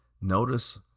notice